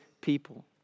people